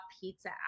Pizza